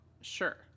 sure